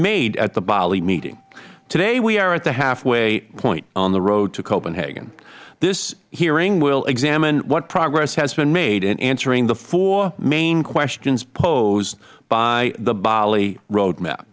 made at the bali meeting today we are at the halfway point on the road to copenhagen this hearing will examine what progress has been made in answering the four main questions posed by the bali roadmap